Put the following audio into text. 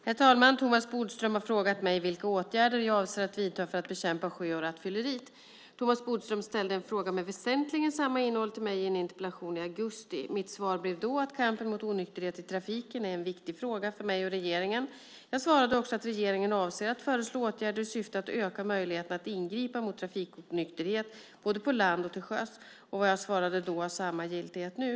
Herr talman! Thomas Bodström har frågat mig vilka åtgärder jag avser att vidta för att bekämpa sjö och rattfylleriet. Thomas Bodström ställde en fråga med väsentligen samma innehåll till mig i en interpellation i augusti. Mitt svar blev då att kampen mot onykterhet i trafiken är en viktig fråga för mig och regeringen. Jag svarade också att regeringen avser att föreslå åtgärder i syfte att öka möjligheten att ingripa mot trafikonykterhet både på land och till sjöss. Vad jag svarade då har samma giltighet nu.